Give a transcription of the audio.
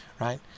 right